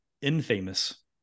infamous